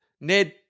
Ned